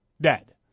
dead